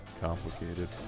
complicated